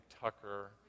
Tucker